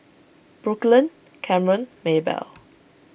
Brooklynn Camron Maybell